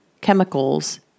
chemicals